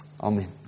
Amen